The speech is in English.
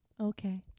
Okay